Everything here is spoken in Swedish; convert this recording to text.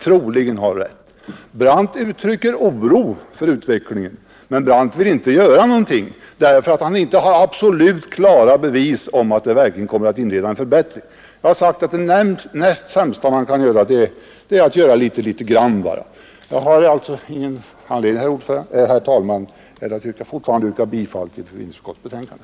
Herr Brandt uttrycker oro för utvecklingen, men han vill inte göra någonting därför att han inte har absolut klara bevis för att den föreslagna åtgärden kommer att leda till en förbättring. Jag har sagt att det sämsta man kan göra är att göra ingenting eller närmast därintill. Jag har fortfarande ingen anledning, herr talman, att göra annat än yrka bifall till skatteutskottets betänkande.